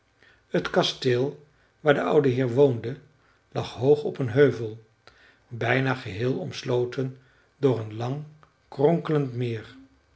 het kasteel waar de oude heer woonde lag hoog op een heuvel bijna geheel omsloten door een lang kronkelend meer